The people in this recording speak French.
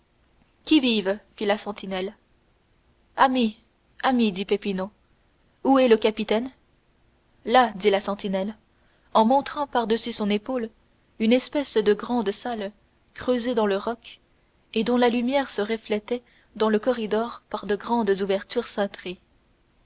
qui vive fit la sentinelle ami ami dit peppino où est le capitaine là dit la sentinelle en montrant par-dessus son épaule une espèce de grande salle creusée dans le roc et dont la lumière se reflétait dans le corridor par de grandes ouvertures cintrées